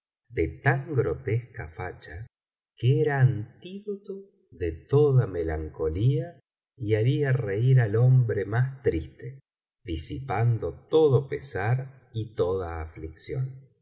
de tan grotesca facha que era antídoto de toda melancolía y haría reir al hombre más triste disipando todo pesar y toda aflicción